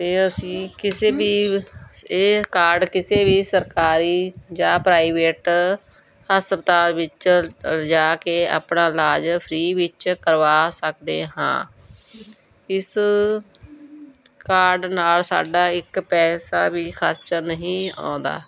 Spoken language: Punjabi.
ਅਤੇ ਅਸੀਂ ਕਿਸੇ ਵੀ ਇਹ ਕਾਰਡ ਕਿਸੇ ਵੀ ਸਰਕਾਰੀ ਜਾਂ ਪ੍ਰਾਈਵੇਟ ਹਸਪਤਾਲ ਵਿੱਚ ਲਿਜਾ ਕੇ ਆਪਣਾ ਇਲਾਜ ਫਰੀ ਵਿੱਚ ਕਰਵਾ ਸਕਦੇ ਹਾਂ ਇਸ ਕਾਰਡ ਨਾਲ ਸਾਡਾ ਇੱਕ ਪੈਸਾ ਵੀ ਖਰਚਾ ਨਹੀਂ ਆਉਂਦਾ